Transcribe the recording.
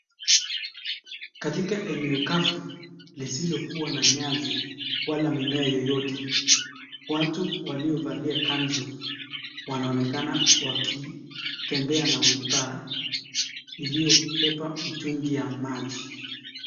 Katika eneo kafu, lisilokuwa nyasi, wala mimea yoyote watu waliovalia kanzu, wanaonekana wakitembea na wheelbarrow iliyobeba mitungi ya maji.